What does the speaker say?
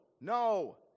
no